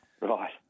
Right